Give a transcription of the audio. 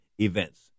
events